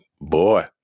boy